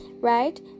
right